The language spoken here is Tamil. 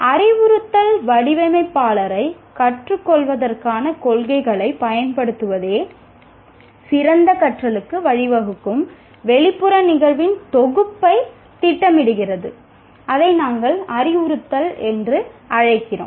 அறிவுறுத்தல் வடிவமைப்பாளரைக் கற்றுக்கொள்வதற்கான கொள்கைகளைப் பயன்படுத்துவதே சிறந்த கற்றலுக்கு வழிவகுக்கும் வெளிப்புற நிகழ்வுகளின் தொகுப்பைத் திட்டமிடுகிறது அதை நாங்கள் அறிவுறுத்தல் என்று அழைக்கிறோம்